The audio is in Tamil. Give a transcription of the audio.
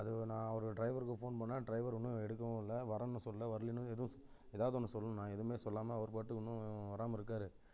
அது நான் அவர் ட்ரைவருக்கு ஃபோன் பண்ணேன் ட்ரைவர் ஒன்றும் எடுக்கவும் இல்லை வரணும் சொல்லல வர்லேனும் எதுவும் ஏதாவது ஒன்று சொல்லணும்ண்ணா எதுவுமே சொல்லாமல் அவர்பாட்டுக்கு இன்னும் வராமல் இருக்கார்